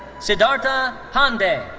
siddartha pandey.